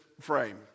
frame